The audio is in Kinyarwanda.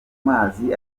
mazi